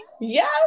Yes